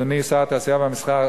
אדוני שר התעשייה והמסחר,